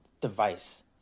device